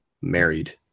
married